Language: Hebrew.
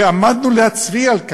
ועמדנו להצביע על כך.